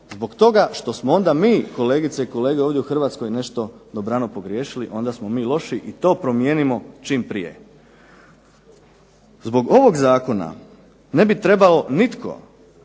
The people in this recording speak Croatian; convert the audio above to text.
zbog toga što smo onda mi kolegice i kolege ovdje u Hrvatskoj nešto dobrano pogriješili, onda smo mi loši i to promijenimo čim prije. Zbog ovog zakona ne bi trebao nitko